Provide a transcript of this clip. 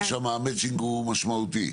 שם המצ'ינג הוא משמעותי.